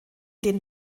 den